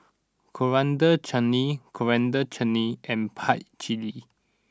Coriander Chutney Coriander Chutney and Pad Thai